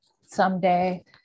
someday